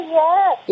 yes